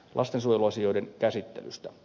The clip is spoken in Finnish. lastensuojeluasioiden käsittelystä